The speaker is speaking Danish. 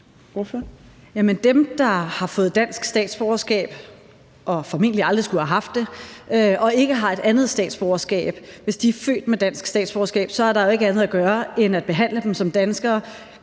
de, der har fået dansk statsborgerskab og formentlig aldrig skulle have haft det, ikke har et andet statsborgerskab, eller hvis de er født med et dansk statsborgerskab, er der jo ikke andet at gøre end at behandle dem som danskere,